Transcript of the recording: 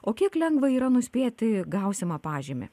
o kiek lengva yra nuspėti gausimą pažymį